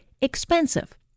expensive